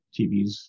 TVs